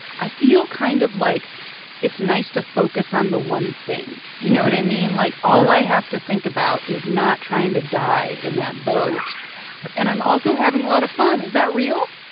i feel kind of like it's nice to focus on the one thing. you know what i mean? yeah like, all i have to think about is not trying to die in that boat and i'm also having a lot of fun. is that real?